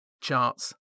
charts